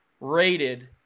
rated